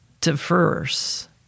diverse